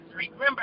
Remember